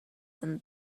than